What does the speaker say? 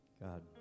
God